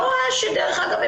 דרך אגב,